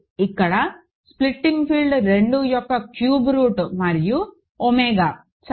ఇక్కడ splitting field 2 యొక్క cube root మరియు ఒమేగా సరే